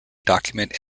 document